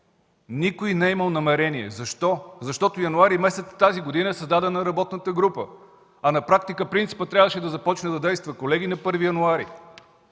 Никой не е имал намерение. Защо? Защото месец януари тази година е създадена работната група, а на практика принципът трябваше да започне да действа, колеги, на 1 януари